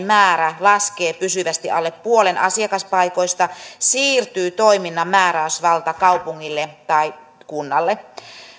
määrä laskee pysyvästi alle puolen asiakaspaikoista siirtyy toiminnan määräysvalta kaupungille tai kunnalle